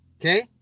Okay